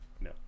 no